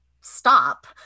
Stop